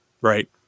right